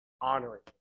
honoring